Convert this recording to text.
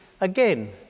again